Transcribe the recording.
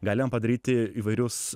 galima padaryti įvairius